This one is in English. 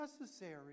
necessary